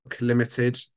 limited